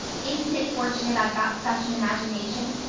isn't it fortunate i've got such an imagination?